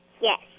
Yes